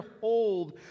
hold